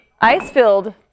Ice-filled